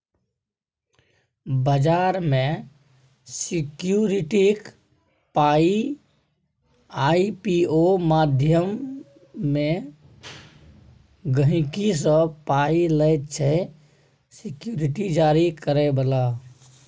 बजार मे सिक्युरिटीक पाइ आइ.पी.ओ माध्यमे गहिंकी सँ पाइ लैत छै सिक्युरिटी जारी करय बला